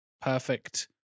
perfect